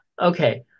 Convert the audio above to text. okay